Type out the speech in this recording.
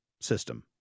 system